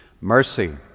Mercy